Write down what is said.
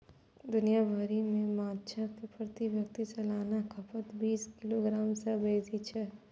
दुनिया भरि मे माछक प्रति व्यक्ति सालाना खपत बीस किलोग्राम सं बेसी छै